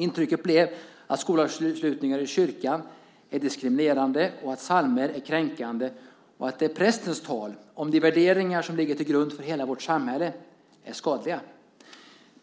Intrycket blev att skolavslutningar i kyrkan är diskriminerande, att psalmer är kränkande och att prästens tal om de värderingar som ligger till grund för hela vårt samhälle är skadligt.